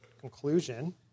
conclusion